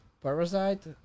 parasite